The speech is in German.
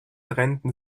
trennten